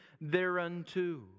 thereunto